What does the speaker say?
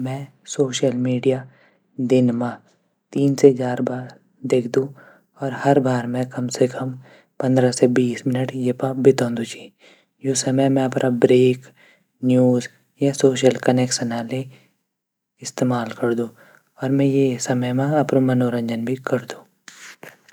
मैं social media दिन मा तीन से चार बार दिखुद। अर हर बार पंद्रह से बीस मिनट बितोंदू च। यू समय मी अपड ब्रेक न्यूज, सोसल कनेक्शन इस्तेमाल करदू। मि यो समय मा अपड मनोरंजन भी करदू।